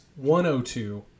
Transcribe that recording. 102